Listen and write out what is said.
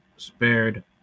spared